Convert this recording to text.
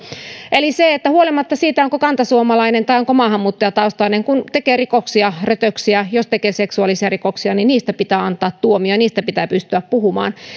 eli huolimatta siitä onko kantasuomalainen vai onko maahanmuuttajataustainen kun tekee rikoksia ja rötöksiä ja jos tekee seksuaalisia rikoksia niin niistä pitää antaa tuomio ja niistä pitää pystyä puhumaan